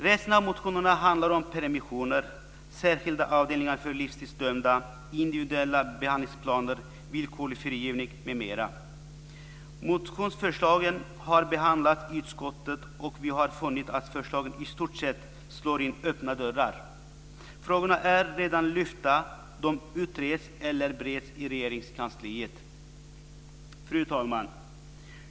Resten av motionerna handlar om permissioner, särskilda avdelningar för livstidsdömda, individuella behandlingsplaner och villkorlig frigivning m.m. Motionsförslagen har behandlats i utskottet, och vi har funnit att förslagen i stort sett slår in öppna dörrar. Frågorna är redan lyfta - de utreds eller bereds i Fru talman!